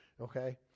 Okay